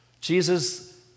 Jesus